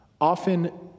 often